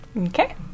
okay